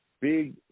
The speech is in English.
Big